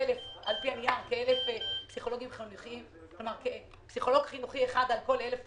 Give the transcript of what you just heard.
על-פי הנייר יש פסיכולוג חינוכי אחד על כל 1,000 תלמידים.